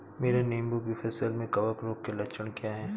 मेरी नींबू की फसल में कवक रोग के लक्षण क्या है?